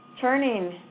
turning